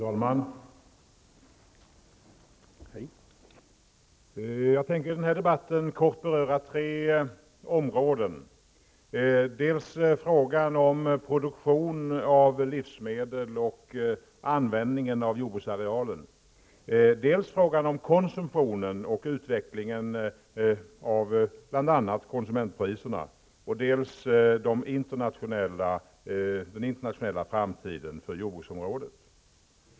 Fru talman! Jag tänker i den här debatten kort beröra tre områden: dels frågan om produktion av livsmedel och användningen av jordbruksarealen, dels frågan om konsumtionen och utvecklingen av bl.a. konsumentpriserna och dels den internationella framtiden på jordbruksområdet.